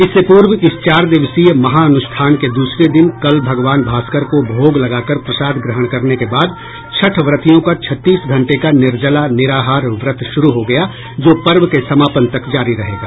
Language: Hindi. इससे पूर्व इस चार दिवसीय महानुष्ठान के दूसरे दिन कल भगवान भास्कर को भोग लगाकर प्रसाद ग्रहण करने के बाद छठ व्रतियों का छत्तीस घंटे का निर्जला निराहार व्रत शुरू हो गया जो पर्व के समापन तक जारी रहेगा